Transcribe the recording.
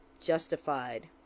justified